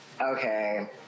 Okay